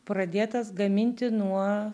pradėtas gaminti nuo